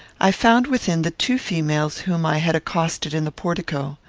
i found within the two females whom i had accosted in the portico.